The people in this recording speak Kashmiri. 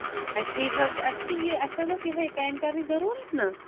ٹھیٖک حظ چھُ اَسہِ چھِ یہِ اَسہِ حظ ٲسۍ یِہَے پینٹرٕچ ضروٗرت نا